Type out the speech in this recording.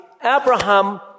Abraham